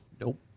Nope